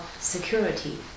security